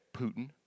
Putin